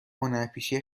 هنرپیشه